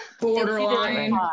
Borderline